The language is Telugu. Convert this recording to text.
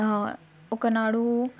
ఒకనాడు